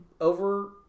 over